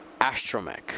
astromech